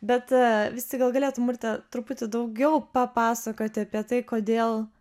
bet vis tik gal galėtum urte truputį daugiau papasakoti apie tai kodėl